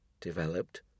developed